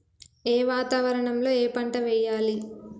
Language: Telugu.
ఏ వాతావరణం లో ఏ పంట వెయ్యాలి?